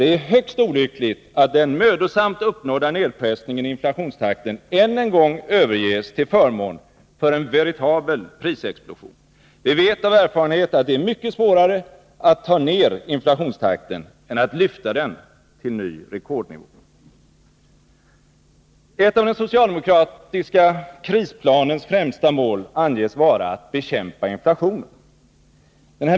Det är högst olyckligt att den mödosamt uppnådda nedpressningen av inflationstakten än en gång överges till förmån för en veritabel prisexplosion. Vi vet av erfarenhet att det är mycket svårare att pressa ner inflationstakten än att lyfta den till ny rekordnivå. Ett av den socialdemokratiska krisplanens främsta mål anges vara att bekämpa inflationen.